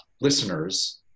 listeners